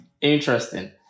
interesting